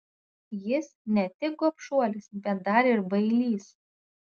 jis ne tik gobšuolis bet dar ir bailys